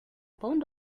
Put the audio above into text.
pound